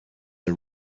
are